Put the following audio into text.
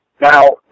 Now